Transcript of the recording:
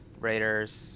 Raiders